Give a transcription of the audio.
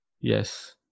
Yes